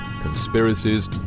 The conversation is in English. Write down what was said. conspiracies